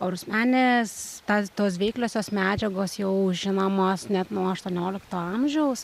o rusmenės tas tos veikliosios medžiagos jau žinomos net nuo aštuoniolikto amžiaus